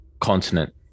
continent